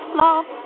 love